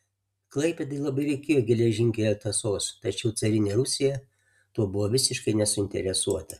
klaipėdai labai reikėjo geležinkelio tąsos tačiau carinė rusija tuo buvo visiškai nesuinteresuota